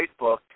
Facebook